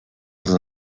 als